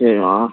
சரிம்மா